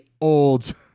old